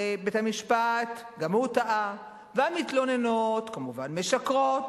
ובית-המשפט גם הוא טעה, והמתלוננות כמובן משקרות,